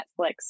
Netflix